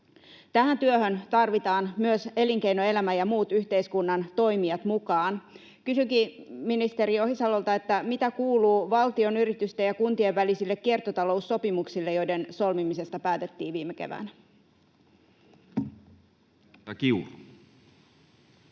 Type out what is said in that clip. Tähän työhön tarvitaan myös elinkeinoelämä ja muut yhteiskunnan toimijat mukaan. Kysynkin ministeri Ohisalolta: mitä kuuluu valtionyritysten ja kuntien välisille kiertotaloussopimuksille, joiden solmimisesta päätettiin viime keväänä? Edustaja Kiuru.